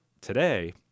today—